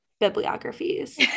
bibliographies